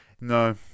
no